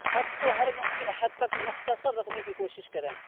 خط کو ہر ممکن حد تک مختصر رکھنے کی کوشش کریں